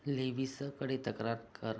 लेविसकडे तक्रार कर